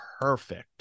Perfect